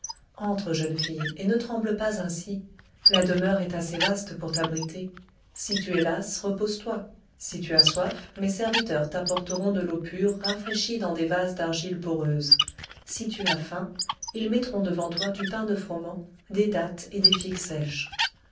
entre jeune fille et ne tremble pas ainsi la demeure est assez vaste pour t'abriter si tu es lasse repose-toi si tu as soif mes serviteurs t'apporteront de l'eau pure rafraîchie dans des vases d'argile poreuse si tu as faim ils mettront devant toi du pain de froment des dattes et des figues sèches